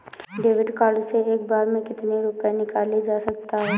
David card से एक बार में कितनी रूपए निकाले जा सकता है?